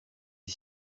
est